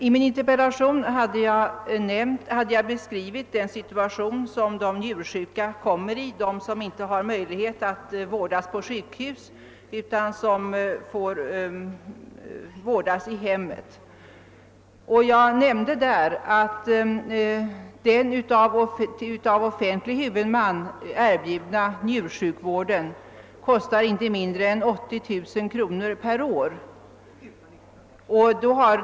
I min interpellation hade jag beskrivit den situationen som de njursjuka hamnar i, som inte har möjlighet att få vård på sjukhus utan vårdas i hemmet. Jag nämnde därvidlag att den av offentlig huvudman erbjudna njursjukvården kostar inte mindre än 80 000 kronor per år och patient.